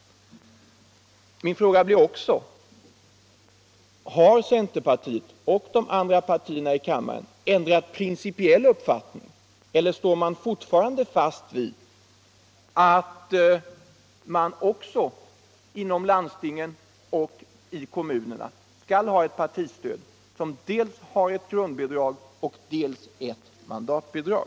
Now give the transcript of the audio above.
Min fråga blir också: Har centerpartiet och de andra partierna i kammaren ändrat principiell uppfattning, eller står ni fortfarande fast vid att man också inom landstingen och i kommunerna skall ha ett partistöd som består av dels ett grundbidrag, dels ett mandatbidrag?